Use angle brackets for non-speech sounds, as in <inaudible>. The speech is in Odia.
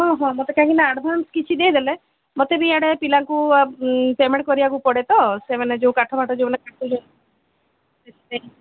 ହଁ ହଁ ମୋତେ କାହିଁକିନା ଆଡଭାନ୍ସ କିଛି ଦେଇଦେଲେ ମୋତେ ବି ଇଆଡ଼େ ପିଲାଙ୍କୁ ପେମେଣ୍ଟ୍ କରିବାକୁ ପଡ଼େ ତ ସେମାନେ ଯୋଉ କାଠ ଫାଠ ଯୋଉମାନେ କାଟୁଛନ୍ତି <unintelligible>